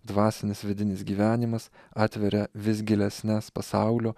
dvasinis vidinis gyvenimas atveria vis gilesnes pasaulio